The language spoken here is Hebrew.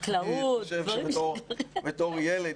בתור ילד,